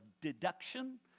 deduction